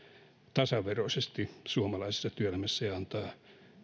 tasaveroisesti suomalaisessa työelämässä ja antaa